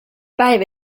päev